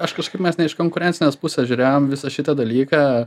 aš kažkaip mes ne iš konkurencinės pusės žiūrėjom visą šitą dalyką